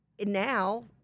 Now